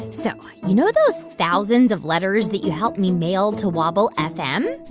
so you know those thousands of letters that you helped me mail to wobble fm?